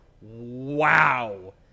wow